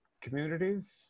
communities